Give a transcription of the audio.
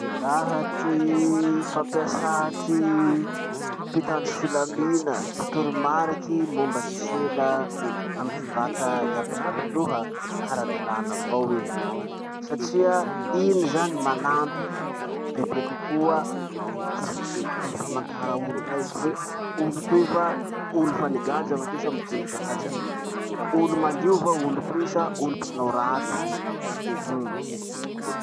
Laha ty fampiasà ty mpitandro filamina ty toromariky momba ty sela amy ty vata iaby iaby aloha, ara-dalàna avao iny satria iny zany manampy bebe kokoa ty fa- amy famantara olo raiky hoe, olo toy va olo fa nigadra va toy sa mbo tsy nigadra, olo malio va olo toy sa olo mpanao raty. Uhm.